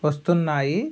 వస్తున్నాయి